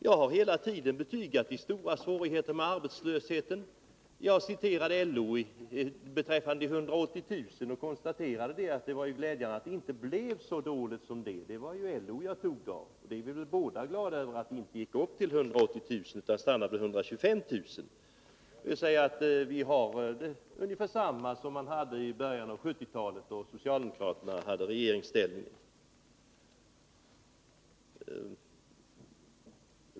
Jag har hela tiden betygat de stora svårigheter som arbetslösheten skapar. Jag citerade LO beträffande de 180000 och konstaterade att det var glädjande att det inte blev fullt så dåligt. Det var ju från LO jag hämtade detta, och både Anna-Greta Leijon och jag är väl glada över att det inte gick upp till 180 000 utan stannade vid 125 000, dvs. ungefär detsamma som man hade i början av 1970-talet, då socialdemokraterna var i regeringsställning.